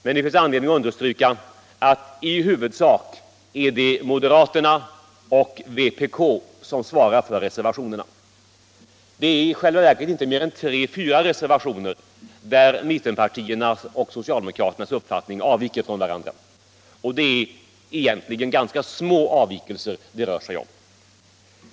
Men det finns anledning understryka att i huvudsak är det moderaterna och vpk som svarar för reservationerna. Det är i själva verket inte mer än tre fyra reservationer där mittenpartiernas och socialdemokraternas uppfattningar avviker från varandra, och det är egentligen ganska små avvikelser det rör sig om.